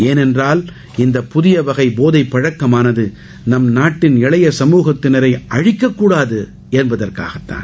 ஏனென்றால் இந்த புதிய வகை போதைப் பழக்கமானது நம்நாட்டின் இளைய கமுகத்தினரை அழிக்கக்கூடாது என்பதற்காகத்தான்